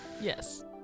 yes